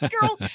girl